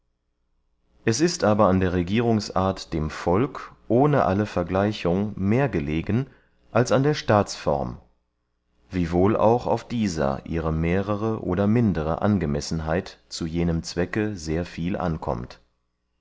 es ist aber an der regierungsart dem volk ohne alle vergleichung mehr gelegen als an der staatsform wiewohl auch auf dieser ihre mehrere oder mindere angemessenheit zu jenem zwecke sehr viel ankommt